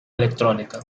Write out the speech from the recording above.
electrónica